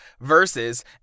versus